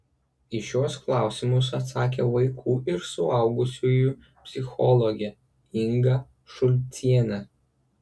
į šiuos klausimus atsakė vaikų ir suaugusiųjų psichologė inga šulcienė